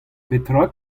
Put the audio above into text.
petra